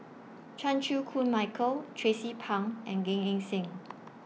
Chan Chew Koon Michael Tracie Pang and Gan Eng Seng